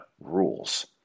rules